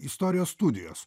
istorijos studijos